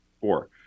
four